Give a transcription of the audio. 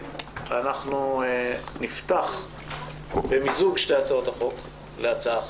אנחנו נפתח במיזוג שתי הצעות החוק להצעה אחת.